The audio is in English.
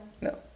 No